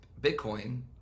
Bitcoin